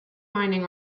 mining